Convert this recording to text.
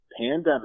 pandemic